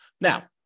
now